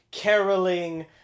caroling